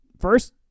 first